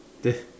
they